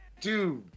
Dude